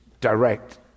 direct